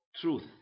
truth